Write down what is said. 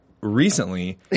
recently